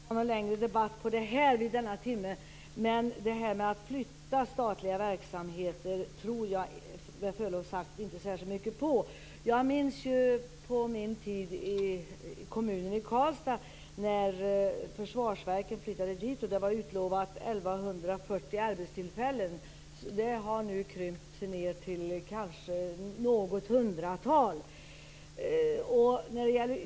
Fru talman! Jag skall inte ta någon längre debatt om detta vid denna sena timma. Men att flytta på statliga verksamheter tror jag, med förlov sagt, inte särskilt mycket på. Jag minns när Försvarsverket flyttade till Karlstads kommun. Det var utlovat 1 140 arbetstillfällen. De har krympt ned till något hundratal.